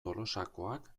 tolosakoak